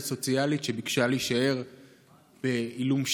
סוציאלית שביקשה להישאר בעילום שם,